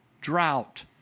drought